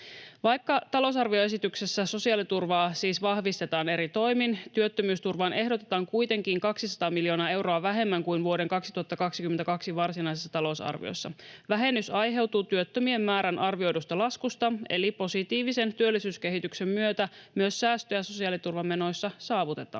Vaikka talousarvioesityksessä sosiaaliturvaa siis vahvistetaan eri toimin, työttömyysturvaan ehdotetaan kuitenkin 200 miljoonaa euroa vähemmän kuin vuoden 2022 varsinaisessa talousarviossa. Vähennys aiheutuu työttömien määrän arvioidusta laskusta, eli positiivisen työllisyyskehityksen myötä myös säästöjä sosiaaliturvamenoissa saavutetaan.